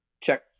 Check